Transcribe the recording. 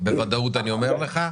בוודאות אני אומר לך.